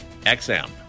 XM